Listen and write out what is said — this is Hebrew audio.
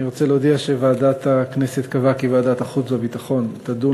אני רוצה להודיע שוועדת הכנסת קבעה כי ועדת החוץ והביטחון תדון